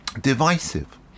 divisive